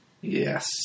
Yes